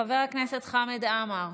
חבר הכנסת חמד עמאר,